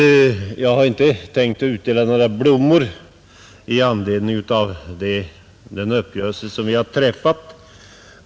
Jag har inte tänkt utdela några blommor — inte åt någotdera hållet — i anledning av den uppgörelse som vi har träffat.